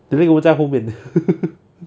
I think 我们在后面